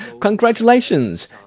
congratulations